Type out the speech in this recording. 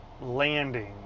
landing